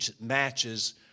matches